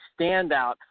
standout